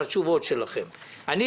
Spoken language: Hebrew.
אנחנו לא מתכוונים לוותר בעניין הזה.